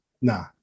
nah